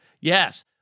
Yes